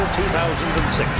2006